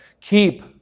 keep